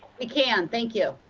we can thank you.